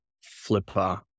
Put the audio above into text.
flipper